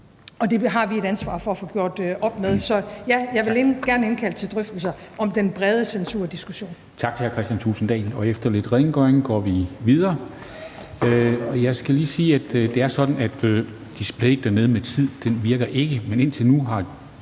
og det har vi et ansvar for at få gjort op med. Så ja, jeg vil gerne indkalde til drøftelser om den brede censurdiskussion.